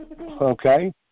okay